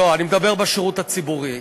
לא, אני מדבר, בשירות הציבורי.